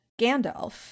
Gandalf